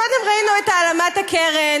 קודם ראינו את העלמת הקרן,